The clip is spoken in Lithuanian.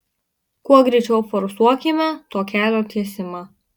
kuo greičiau forsuokime to kelio tiesimą